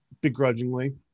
Begrudgingly